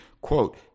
quote